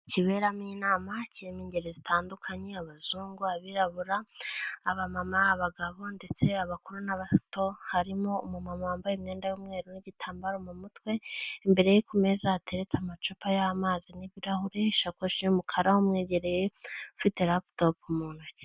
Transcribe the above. Kiberamo inama kirimo ingeri zitandukanye abazungu, abirabura, abamama, abagabo ndetse abakuru n'abato harimo umumama wambaye imyenda y'umweru n'igitambaro mu mutwe imbere ye ku meza hatereretse amacupa y'amazi n'ibirahuri, ishakoshi y'umukara umwegereye ufite raputopu mu ntoki.